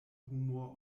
humor